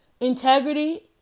integrity